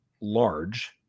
large